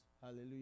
Hallelujah